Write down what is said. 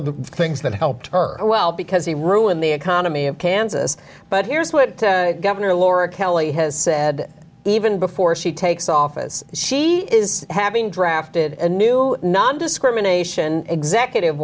of the things that helped her well because he ruined the economy of kansas but here's what governor laura kelly has said even before she takes office she is having drafted a new nondiscrimination executive